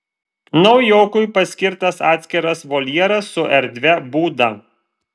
naujokui paskirtas atskiras voljeras su erdvia būda